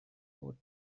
would